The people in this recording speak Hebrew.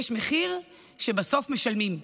יש מחיר שבסוף משלמים,